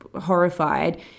horrified